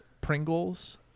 Pringles